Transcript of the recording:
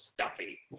stuffy